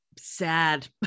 sad